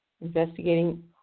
investigating